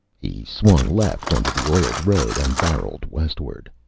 he swung left onto the oiled road and barreled westward.